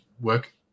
work